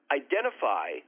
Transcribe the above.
identify